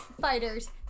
fighters